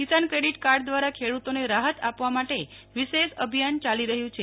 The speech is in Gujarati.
કિસાન ક્રેડિટ કાર્ડ દ્વારા ખેડુતોને રાહત આપવા માટે વિશેષ અભિયાન ચાલી રહ્યું છે